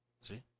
See